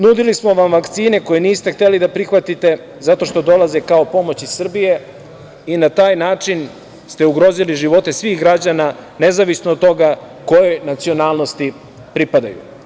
Nudili smo vam vakcine koje niste hteli da prihvatite zato što dolaze kao pomoć iz Srbije i na taj način ste ugrozili živote svih građana, nezavisno od toga kojoj nacionalnosti pripadaju.